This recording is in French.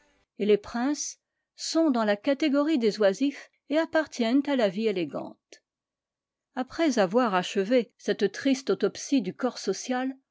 et les princes sont dans la catégorie des oisifs et appartiennent à la vie élégante a le valet est une espèce de bagage essentiel à la vie élégante note de l'auteur après avoir achevé cette triste autopsie du corps social